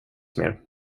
mer